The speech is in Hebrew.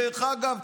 דרך אגב,